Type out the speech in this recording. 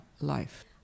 life